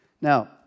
Now